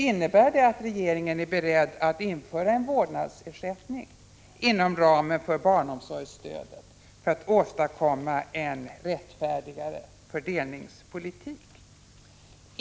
Innebär det att regeringen är beredd att införa en vårdnadsersättning inom ramen för barnomsorgsstödet för att åstadkomma en rättfärdigare fördelningspolitik?